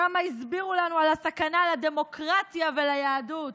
כמה הסבירו לנו על הסכנה לדמוקרטיה וליהדות.